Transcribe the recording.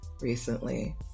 recently